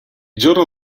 giorno